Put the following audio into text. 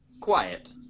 Quiet